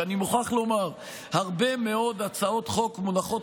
כי אני מוכרח לומר שהרבה מאוד הצעות חוק מונחות